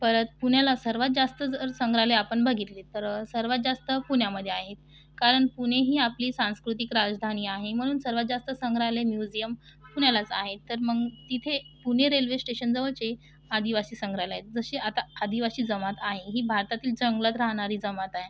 परत पुण्याला सर्वात जास्त ज् जर संग्रहालय आपण बघितले तर सर्वात जास्त पुण्यामध्ये आहेत कारण पुणे ही आपली सांस्कृतिक राजधानी आहे म्हणून सर्वात जास्त संग्रहालय म्यूजियम पुण्यालाच आहे तर मग तिथे पुणे रेल्वेस्टेशनजवळचे आदिवासी संग्रहालय आहे जशी आता आदिवासी जमात आहे ही भारतातील जंगलात राहणारी जमात आहे